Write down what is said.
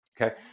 Okay